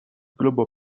globo